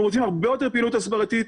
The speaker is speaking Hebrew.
אנחנו רוצים הרבה יותר פעילות הסברתית.